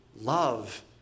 Love